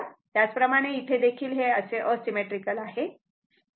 त्याचप्रमाणे इथे देखील हे असे असिमेट्रीकल आहे